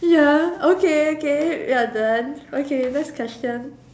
ya okay okay ya done okay next question